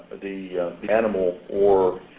the animal or